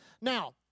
Now